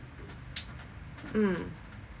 mm